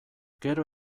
gero